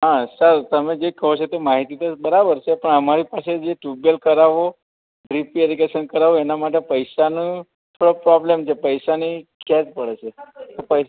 હા સર તમે જે કહો છો તે માહિતી તો બરાબર છે પણ અમારી પાસે જે ટ્યુબવેલ કરાવો ડ્રિપ ઇરિગેસન કરાવો એના માટે પૈસાનો થોડોક પ્રોબ્લેમ છે પૈસાની ખેંચ પડે છે